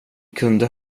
kunde